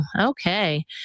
Okay